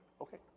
Okay